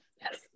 Yes